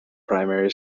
primary